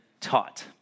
taught